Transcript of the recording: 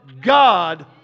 God